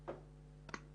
בבקשה.